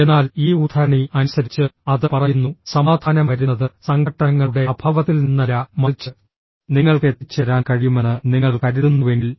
എന്നാൽ ഈ ഉദ്ധരണി അനുസരിച്ച് അത് പറയുന്നു സമാധാനം വരുന്നത് സംഘട്ടനങ്ങളുടെ അഭാവത്തിൽ നിന്നല്ല മറിച്ച് നിങ്ങൾക്ക് എത്തിച്ചേരാൻ കഴിയുമെന്ന് നിങ്ങൾ കരുതുന്നുവെങ്കിൽ it